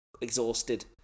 exhausted